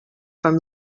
from